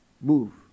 move